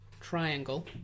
triangle